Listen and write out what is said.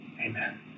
Amen